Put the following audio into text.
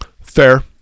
Fair